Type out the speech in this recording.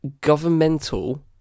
governmental